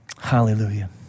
Hallelujah